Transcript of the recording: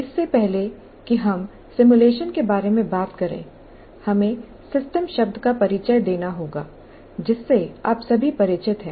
इससे पहले कि हम सिमुलेशन के बारे में बात करें हमें सिस्टम 'system' शब्द का परिचय देना होगा जिससे आप सभी परिचित हैं